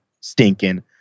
stinking